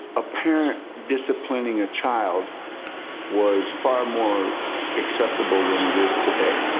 a parent disciplining a child was far more acceptable than it is today.